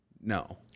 no